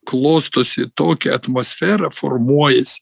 klostosi tokia atmosfera formuojas